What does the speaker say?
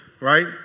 right